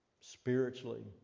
spiritually